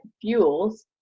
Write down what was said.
fuels